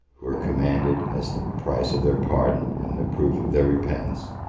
who were commanded, as the price of their pardon and the proof of their repentance,